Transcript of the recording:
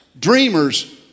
Dreamers